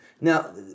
Now